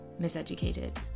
miseducated